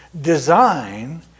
design